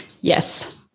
Yes